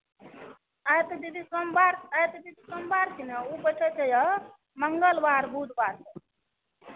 अए त दीदी सोमवार अरे तो दीदी सोमवार के ना ऊ बैठैत य मंगलवार बुधवार क